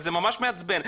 אבל זה ממש מעצבן,